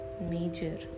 major